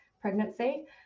pregnancy